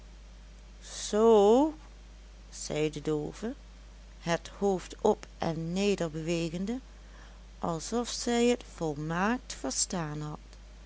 zoo zei de doove het hoofd op en neder bewegende alsof zij het volmaakt verstaan had